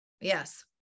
yes